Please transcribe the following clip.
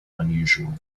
unusual